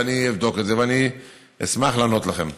אבל אני אבדוק את זה ואני אשמח לענות לכם.